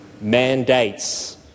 mandates